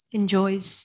enjoys